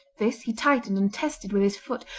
this he tightened and tested with his foot,